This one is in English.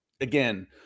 again